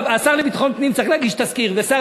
השר לביטחון פנים צריך להגיש תזכיר,